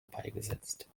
beigesetzt